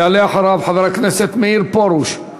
יעלה אחריו חבר הכנסת מאיר פרוש,